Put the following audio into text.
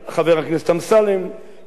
וגם חברת הכנסת יוליה,